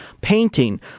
painting